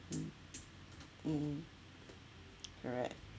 mm mm correct